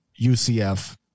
UCF